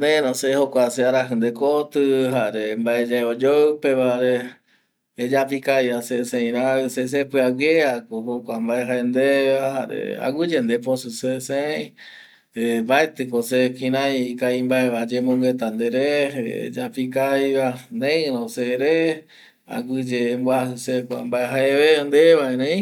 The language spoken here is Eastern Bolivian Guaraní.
neiro se jokua searaji dekoti jare mbae yae oyoupe va re, eyapo ikaviva se sei rai se sepiaguie a ko jokua mbae jae ndeve va jare aguiye deposi se sei eh mbaeti ko se kirai ikavimbae va ayemongueta ndere, eyapo ikaviva neiro se re aguiye emboaji se kua mbae nde va erei